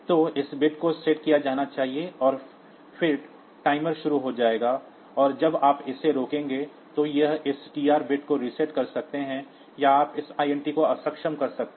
तो इस बिट को सेट किया जाना चाहिए और फिर टाइमर शुरू हो जाएगा और जब आप इसे रोकेंगे या तो आप इस TR बिट को रीसेट कर सकते हैं या आप इस INT को अक्षम कर सकते हैं